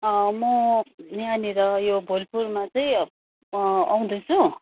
म यहाँनिर यो भोलपुरमा चाहिँ आउँदैछु